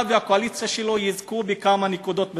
והקואליציה שלו יזכו בכמה נקודות בסקרים,